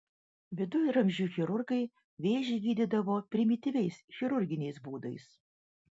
viduramžių chirurgai vėžį gydydavo primityviais chirurginiais būdais